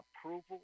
approval